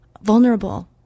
vulnerable